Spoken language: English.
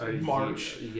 March